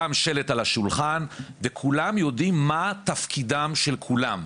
גם שלט על השולחן וכולם יודעים מה תפקידם של כולם.